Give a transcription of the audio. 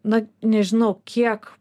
na nežinau kiek